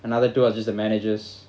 another two are just the managers